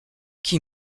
qui